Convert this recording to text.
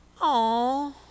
Aw